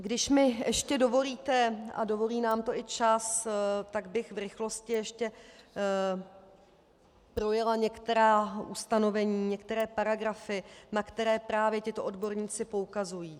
Když mi ještě dovolíte, a dovolí nám to i čas, tak bych v rychlosti ještě projela některá ustanovení, některé paragrafy, na které právě tito odborníci poukazují.